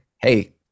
hey